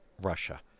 Russia